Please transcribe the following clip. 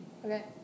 Okay